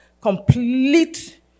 Complete